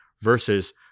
versus